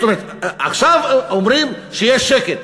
זאת אומרת, עכשיו אומרים שיש שקט.